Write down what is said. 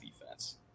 defense